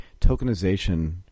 tokenization